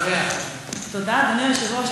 תודה, אדוני היושב-ראש.